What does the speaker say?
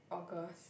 August